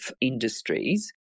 industries